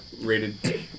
rated